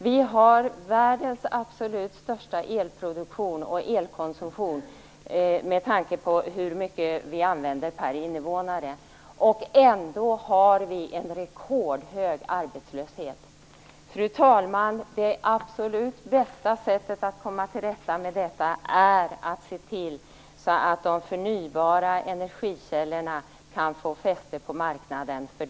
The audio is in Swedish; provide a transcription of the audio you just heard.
Vi har världens absolut största elproduktion och elkonsumtion med tanke på hur mycket energi vi använder per invånare. Ändå har vi en rekordhög arbetslöshet. Fru talman! Det absolut bästa sättet att komma till rätta med detta är att se till att de förnybara energikällorna kan få fäste på marknaden.